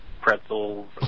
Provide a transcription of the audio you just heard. pretzels